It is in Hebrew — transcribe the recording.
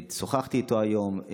שוחחתי איתו היום,